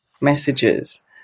messages